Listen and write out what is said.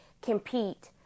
compete